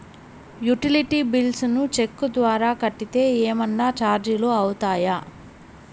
Utility bills ను cheque ద్వారా కట్టితే ఏమన్నా చార్జీలు అవుతాయా?